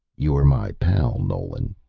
you're my pal, nolan.